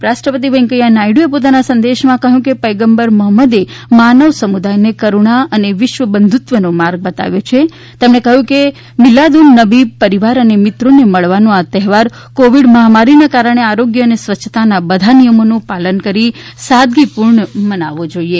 ઉપરરાષ્ટ્રપતિ વૈકૈયા નાયડુએ પોતાનાં સંદેશમાં કહ્યું છેકે પયગંબર મોહમ્મદે માનવ સમુદાયને કરુણા અને વિશ્વ બંધુત્તવનો માર્ગ બતાવ્યો તેમણે કહ્યું કે મિલાદ ઉન નબી પરિવાર અને મિત્રોને મળવાનો આ તહેવાર કોવિડ મહામારીનાં કારણે આરોગ્ય અને સ્વચ્છતાનાં બધા નિયમોનું પાલન કરીને સાદગીપૂર્ણ રીતે મનાવવો જોઈએ